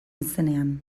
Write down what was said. izenean